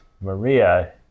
maria